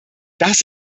das